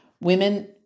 Women